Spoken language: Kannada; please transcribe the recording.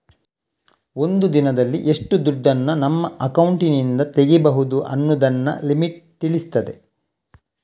ಒಂದು ದಿನದಲ್ಲಿ ಎಷ್ಟು ದುಡ್ಡನ್ನ ನಮ್ಮ ಅಕೌಂಟಿನಿಂದ ತೆಗೀಬಹುದು ಅನ್ನುದನ್ನ ಲಿಮಿಟ್ ತಿಳಿಸ್ತದೆ